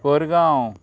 Korgaon